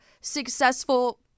successful